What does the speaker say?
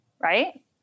right